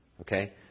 okay